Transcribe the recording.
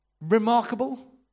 remarkable